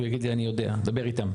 הוא יגיד לי אני יודע, דבר איתם.